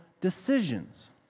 decisions